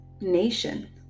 nation